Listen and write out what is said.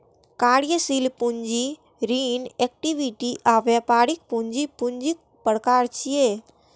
कार्यशील पूंजी, ऋण, इक्विटी आ व्यापारिक पूंजी पूंजीक प्रकार छियै